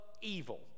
evil